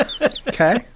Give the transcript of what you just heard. okay